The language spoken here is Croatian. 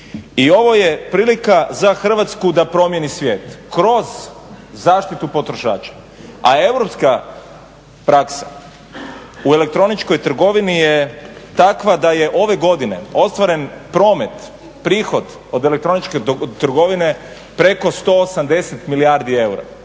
I ovo je prilika za Hrvatsku da promijeni svijet kroz zaštitu potrošača. A Europska praksa u elektroničkoj trgovini je takva da je ove godine ostvaren promet, prihod od elektroničke trgovine preko 180 milijardi eura.